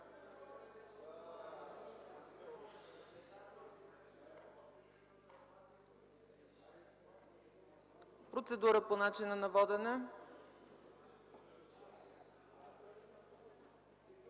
процедура по начина на водене.